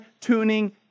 tuning